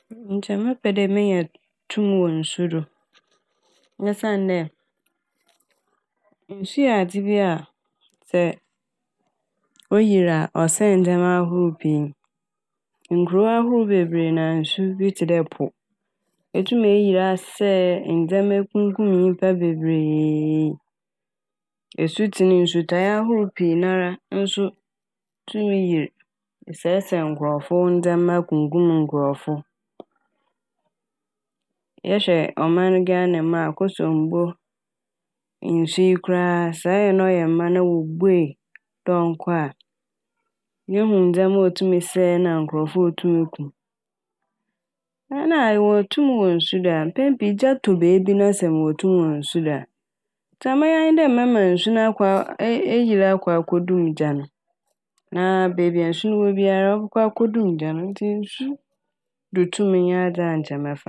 Nkyɛ mɛpɛ dɛ menya tum wɔ nsu do osiandɛ nsu yɛ adze bi a sɛ oyir a ɔsɛɛ ndzɛma ahorow pii. Nkurow ahorow bebree na nsu bi tse dɛ po etum eyir asɛe ndzɛma ekumkum nyimpa bebree. Esutsen, nsutae ahorow pii nara nso tum yir sɛɛsɛe nkorɔfo ndzɛma kumkum nkorɔfo. Ɛhwɛ ɔman Ghana mu a Akosombo nsu yi koraa sɛ ɔyɛ na ɔyɛ ma na wobuei dɛ nkɔ a no mu ndzɛma a otum sɛe na nkorɔfo a otum ku. Ɛna a ewɔ tum wɔ nsu do a mpɛn pii gya tɔ wɔ beebi na mowɔ tum wɔ nsu do a nkyɛ ma mɛyɛ anye dɛ mɛma nsu no akɔ -eyir akɔ ekodum gya no na beebi a nsu no wɔ biara ɔbɔkɔ akɔ dum gya no ntsi mɛpɛ dɛ menya tum wɔ nsu do